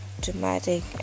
dramatic